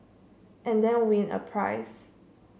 and then win a prize